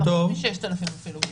הרבה פחות מ-6,000 אפילו,